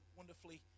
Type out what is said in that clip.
wonderfully